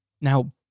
Now